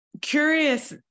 curious